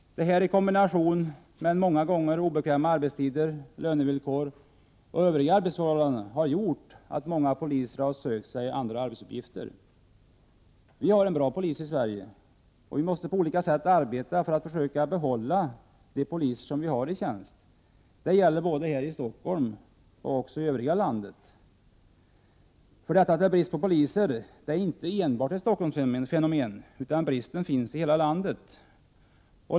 Detta i kombination med många gånger obekväma arbetstider, dåliga lönevillkor och övriga arbetsförhållanden har gjort att många poliser sökt sig andra arbetsuppgifter. Vi har en bra poliskår i Sverige. Vi måste på olika sätt arbeta för att försöka behålla de poliser vi har i tjänst. Det gäller både här i Stockholm och i övriga landet. Att det är brist på poliser är inte enbart ett Stockholmsfenomen. Bristen finns i hela landet.